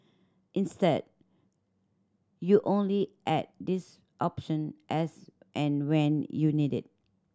instead you only add this option as and when you need it